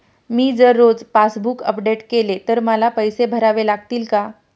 मी जर रोज passbook update केले तर मला पैसे भरावे लागतील का?